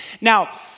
Now